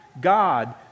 God